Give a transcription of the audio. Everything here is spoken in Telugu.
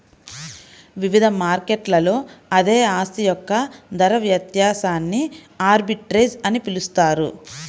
వివిధ మార్కెట్లలో అదే ఆస్తి యొక్క ధర వ్యత్యాసాన్ని ఆర్బిట్రేజ్ అని పిలుస్తారు